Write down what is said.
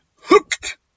hooked